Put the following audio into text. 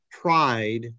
pride